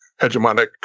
hegemonic